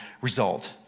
result